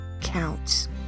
counts